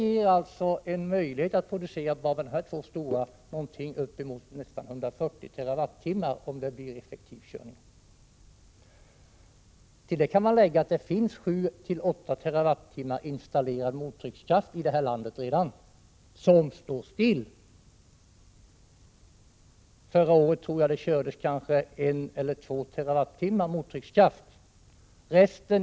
Enbart dessa två stora energikällor ger alltså möjlighet att producera bortemot 140 TWh vid effektiv drift. Till det kan man lägga att det finns 7-8 TWh mottryckskraft installerad, som dock står still. Förra året kördes det kanske 1 eller 2 TWh mottryckskraft.